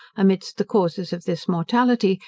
amidst the causes of this mortality,